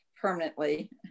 permanently